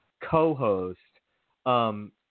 co-host